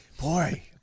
Boy